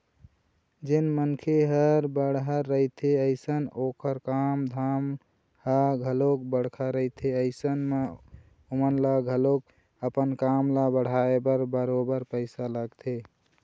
जेन मनखे ह बड़हर रहिथे अइसन ओखर काम धाम ह घलोक बड़का रहिथे अइसन म ओमन ल घलोक अपन काम ल बढ़ाय बर बरोबर पइसा लगथे